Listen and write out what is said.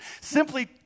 Simply